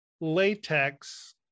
latex